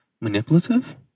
Manipulative